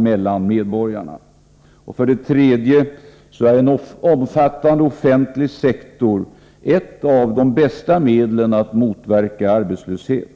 mellan medborgarna. För det tredje är en omfattande offentlig sektor ett av de bästa medlen att motverka arbetslöshet.